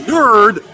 Nerd